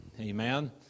Amen